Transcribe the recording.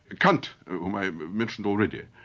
kant, whom i've mentioned already,